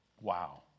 Wow